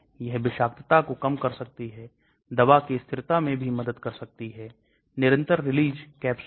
LD50 50 को मारने के लिए घातक खुराक है